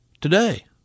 today